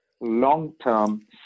long-term